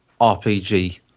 RPG